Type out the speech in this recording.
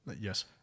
Yes